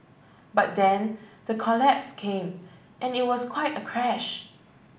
but then the collapse came and it was quite a crash